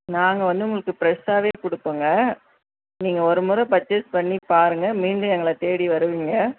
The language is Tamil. நாங்கள் வந்து உங்களுக்கு ஃப்ரெஷ்ஷாவே கொடுப்போங்க நீங்கள் ஒரு முறை பர்ச்சேஸ் பண்ணி பாருங்கள் மீண்டும் எங்களை தேடி வருவீங்க